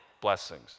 blessings